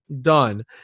done